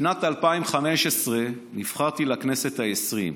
בשנת 2015 נבחרתי לכנסת העשרים.